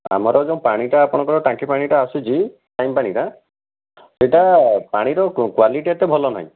ଆମର ଯେଉଁ ପାଣିଟା ଆପଣଙ୍କର ଟାଙ୍କି ପାଣିଟା ଆସୁଛି ଟାଙ୍କି ପାଣିଟା ସେଇଟା ପାଣିର କ୍ୱାଲିଟି ଏତେ ଭଲନାହିଁ